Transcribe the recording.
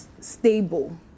stable